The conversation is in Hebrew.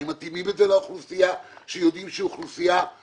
אם מתאימים את זה לאוכלוסייה כשיודעים שזאת אוכלוסייה שרק